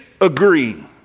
agree